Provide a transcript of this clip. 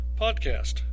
Podcast